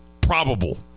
probable